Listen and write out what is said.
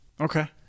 Okay